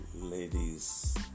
ladies